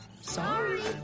Sorry